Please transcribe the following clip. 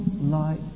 light